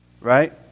right